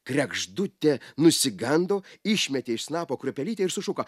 kregždutė nusigando išmetė iš snapo kruopelytę ir sušuko